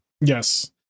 yes